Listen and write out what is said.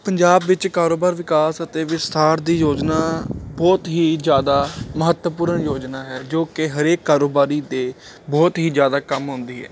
ਪੰਜਾਬ ਵਿੱਚ ਕਾਰੋਬਾਰ ਵਿਕਾਸ ਅਤੇ ਵਿਸਥਾਰ ਦੀ ਯੋਜਨਾ ਬਹੁਤ ਹੀ ਜ਼ਿਆਦਾ ਮਹੱਤਵਪੂਰਨ ਯੋਜਨਾ ਹੈ ਜੋ ਕਿ ਹਰੇਕ ਕਾਰੋਬਾਰੀ ਦੇ ਬਹੁਤ ਹੀ ਜ਼ਿਆਦਾ ਕੰਮ ਆਉਂਦੀ ਹੈ